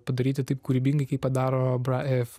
padaryti taip kūrybingai kai padaro